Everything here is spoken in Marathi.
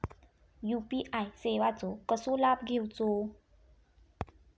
यू.पी.आय सेवाचो कसो लाभ घेवचो?